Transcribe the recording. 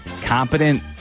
competent